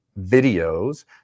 videos